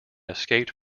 escaped